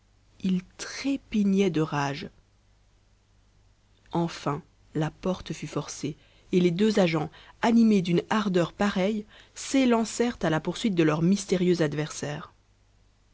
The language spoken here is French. il trépignait de rage enfin la porte fut forcée et les deux agents animés d'une ardeur pareille s'élancèrent à la poursuite de leur mystérieux adversaire